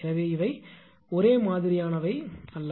எனவே இவை ஒரே மாதிரியானவை அல்ல